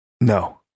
No